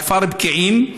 לכפר פקיעין,